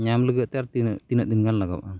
ᱧᱟᱢ ᱞᱟᱜᱤᱫᱛᱮ ᱟᱨ ᱛᱤᱱᱟᱹᱜ ᱛᱤᱱᱟᱹᱜᱫᱤᱱ ᱜᱟᱱ ᱞᱟᱜᱟᱣᱚᱜᱼᱟ